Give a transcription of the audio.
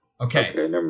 okay